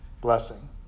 blessing